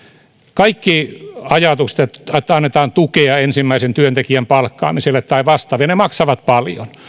kaikki ajatukset että annetaan tukea ensimmäisen työntekijän palkkaamiselle tai vastaavaa maksavat paljon